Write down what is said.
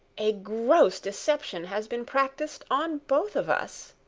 a gross deception has been practised on both of us.